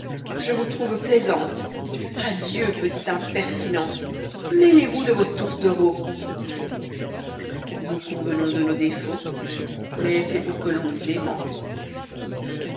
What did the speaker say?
je vous trouve plaisante adieu petite impertinente mêlez-vous de vos tourtereaux nous convenons denbs défauts mais c'est pow ique ron hqus